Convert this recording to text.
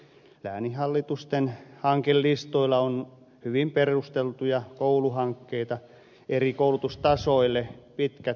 lääninhallitusten hankelistoilla on hyvin perusteltuja kouluhankkeita eri koulutustasoille pitkät listat